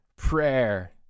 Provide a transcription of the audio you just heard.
prayer